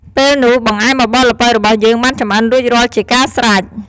ពេលនោះ បង្អែមបបរល្ពៅរបស់យើងបានចម្អិនរួចរាល់ជាការស្រេច។